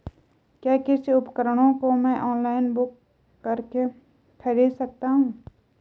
क्या कृषि उपकरणों को मैं ऑनलाइन बुक करके खरीद सकता हूँ?